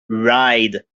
ride